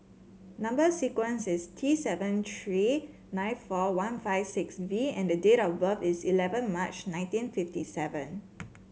number sequence is T seven three nine four one five six V and date of birth is eleven March nineteen fifty seven